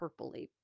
purpley